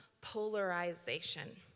polarization